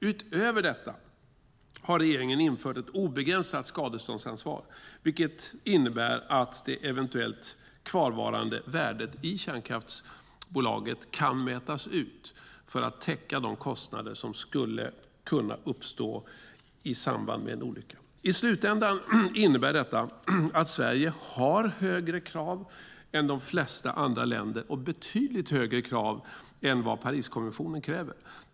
Utöver detta har regeringen infört ett obegränsat skadeståndsansvar, vilket innebär att det eventuellt kvarvarande värdet i kärnkraftsbolaget kan mätas ut för att täcka de kostnader som skulle kunna uppstå i samband med en olycka. I slutändan innebär detta att Sverige har högre krav än de flesta andra länder och betydligt högre krav än Pariskonventionen kräver.